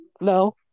No